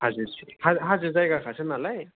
हाजो सि हाजो जायगाखासो नालाय हाजो सि हाजो जायगाखासो नालाय